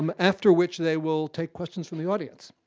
um after which they will take questions from the audience.